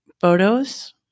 photos